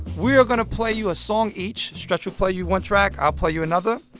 we are going to play you a song each. stretch, ah play you one track. i'll play you another.